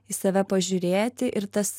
į save pažiūrėti ir tas